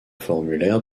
formulaire